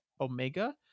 Omega